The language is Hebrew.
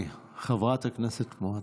חברת הכנסת מואטי,